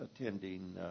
attending